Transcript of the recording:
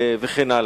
וכן הלאה.